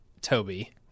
Toby